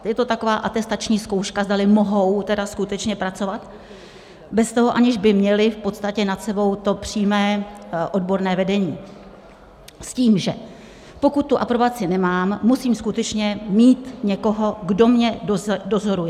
Je to taková atestační zkouška, zdali mohou tedy skutečně pracovat, aniž by měli v podstatě nad sebou to přímé odborné vedení, s tím, že pokud tu aprobaci nemám, musím skutečně mít někoho, kdo mě dozoruje.